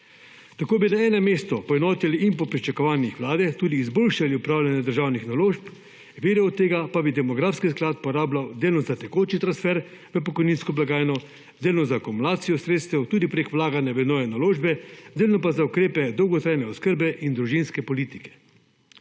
Tako bi na enem mestu poenotili in po pričakovanjih vlade tudi izboljšali upravljanje državnih naložb, vire od tega pa bi demografski sklad porabljal delno za tekoči transfer v pokojninsko blagajno, delno za akumulacijo sredstev, tudi preko vlaganj v nove naložbe, delno pa za ukrepe dolgotrajne oskrbe in družinske politike.